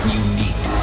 unique